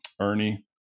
Ernie